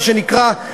מה שנקרא,